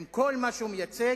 עם כל מה שהוא מייצג,